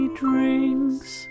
drinks